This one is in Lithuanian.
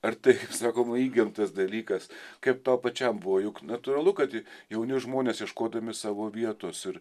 ar tai kaip sakoma įgimtas dalykas kaip tau pačiam buvo juk natūralu kad jauni žmonės ieškodami savo vietos ir